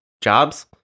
jobs